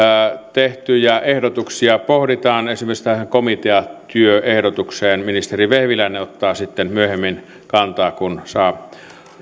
tehtyjä ehdotuksia pohditaan esimerkiksi tähän komiteatyöehdotukseen ministeri vehviläinen ottaa sitten myöhemmin kantaa kun saa